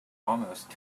almost